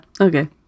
Okay